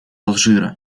алжира